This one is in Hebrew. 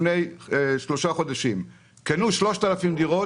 המשקיעים קנו 3,000 דירות,